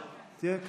תהיה,